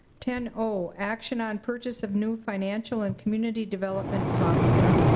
ten o, action on purchase of new financial and community development software.